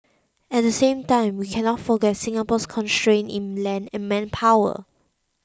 at the same time we cannot forget Singapore's constraints in land and manpower